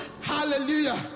hallelujah